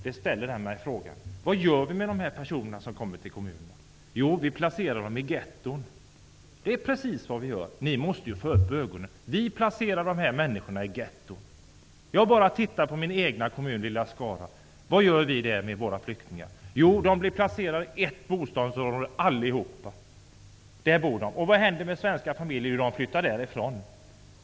Jag ställer mig den frågan. Vad gör vi med de personer som kommer till kommunerna? Jo, vi placerar dem i getton -- det är precis vad vi gör. Ni måste få upp ögonen: vi placerar de här människorna i getton. Jag tittar bara på min egen kommun, lilla Skara, och vad gör vi där med våra flyktingar? Jo, de blir placerade i ett bostadsområde allihop. Där bor de. Vad händer med svenska familjer? Jo, de flyttar därifrån.